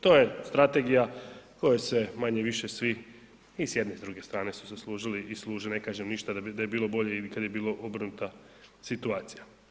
To je strategija koja se manje-više svi i s jedne i druge strane su se služili i služe, ne kažem ništa da je bilo bolje i kad je bilo obrnuta situacija.